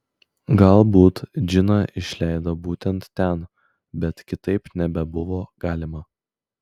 galbūt džiną išleido būtent ten bet kitaip nebebuvo galima